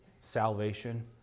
salvation